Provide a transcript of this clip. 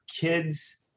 kids